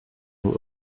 nur